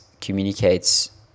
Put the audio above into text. communicates